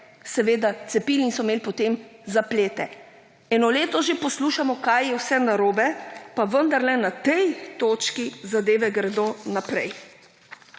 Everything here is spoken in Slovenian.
seveda cepili in so imeli potem zaplete? Eno leto že poslušamo kaj je vse narobe, pa vendarle na tej točki zadeve gredo naprej.